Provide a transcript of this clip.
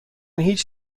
هیچ